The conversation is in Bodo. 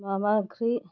मा मा ओंख्रि